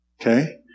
Okay